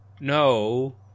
No